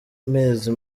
mezi